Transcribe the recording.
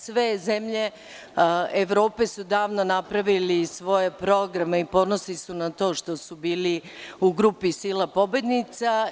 Sve zemlje Evrope su davno napravile svoje programe i ponosne su na to što su bili u grupi sila pobednica.